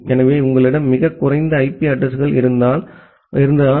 எனவே உங்களிடம் மிகக் குறைந்த பொது ஐபி அட்ரஸிங் கள் இருந்தால் அதனால்தான்